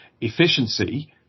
efficiency